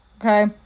Okay